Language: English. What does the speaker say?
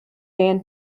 dan